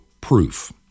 proof